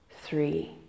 three